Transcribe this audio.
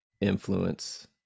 influence